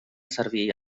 servir